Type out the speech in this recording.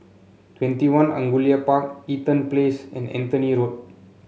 Twenty One Angullia Park Eaton Place and Anthony Road